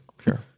Sure